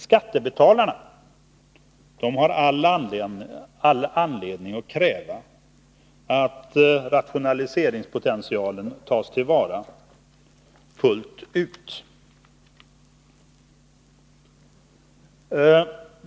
Skattebetalarna har all anledning att kräva att rationaliseringspotentialen tas till vara till fullo.